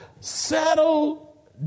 Settle